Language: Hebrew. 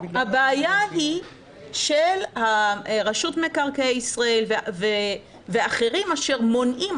הבעיה היא של רשות מקרקעי ישראל ואחרים אשר מונעים,